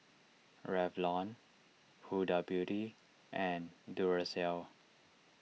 Revlon Huda Beauty and Duracell